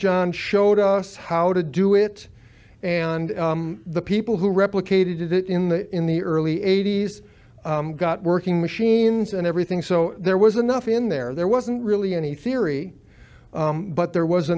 john showed us how to do it and the people who replicated it in the in the early eighty's got working machines and everything so there was enough in there there wasn't really any theory but there was